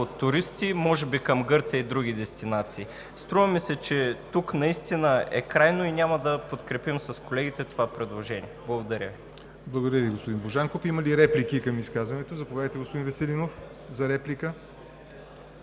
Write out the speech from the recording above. от туристи може би към Гърция и други дестинации. Струва ми се, че тук наистина е крайно и няма да подкрепим с колегите това предложение. Благодаря Ви. ПРЕДСЕДАТЕЛ ЯВОР НОТЕВ: Благодаря Ви, господин Божанков. Има ли реплики към изказването? Заповядайте, господин Веселинов.